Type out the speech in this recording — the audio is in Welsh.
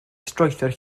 strwythur